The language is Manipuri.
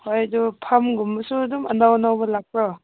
ꯍꯣꯏ ꯑꯗꯨ ꯐꯝꯒꯨꯝꯕꯁꯨ ꯑꯗꯨꯝ ꯑꯅꯧ ꯑꯅꯧꯕ ꯂꯥꯛꯄ꯭ꯔꯣ